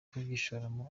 kubyishoramo